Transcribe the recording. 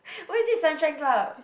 why is it sunshine club